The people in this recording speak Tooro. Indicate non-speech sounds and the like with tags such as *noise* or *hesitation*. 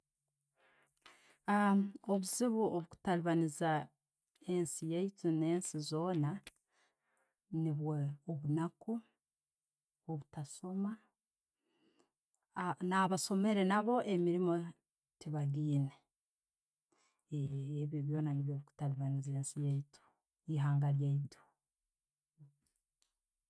*hesitation* Obuziibu obukutabaniiza ensi yaitu nensi zoona, niibwe obunaaku, obutasooma. *hesitation* Nabasoomere naabo emiriimu tebagiine, ebyo byona niibyo ebikutabaniiza ensi yaitu, ehanga lyeittu.